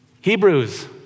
Hebrews